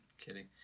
kidding